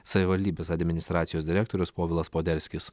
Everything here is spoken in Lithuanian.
savivaldybės administracijos direktorius povilas poderskis